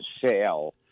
sale